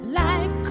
life